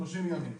ב-30 ימים.